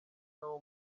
nawo